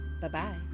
Bye-bye